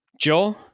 joe